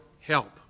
help